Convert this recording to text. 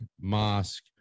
mosque